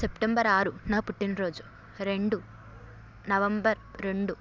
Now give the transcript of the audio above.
September ఆరు నా పుట్టినరోజు రెండు నవంబర్ రెండు